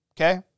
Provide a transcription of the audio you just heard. Okay